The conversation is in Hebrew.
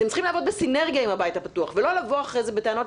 אתם צריכים לעבוד בסינרגיה עם הבית הפתוח ולא לבוא אחרי זה בטענות,